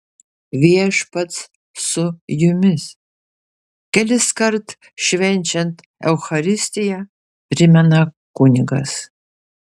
viešpats su jumis keliskart švenčiant eucharistiją primena kunigas